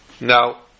Now